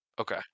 Okay